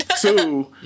Two